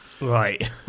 right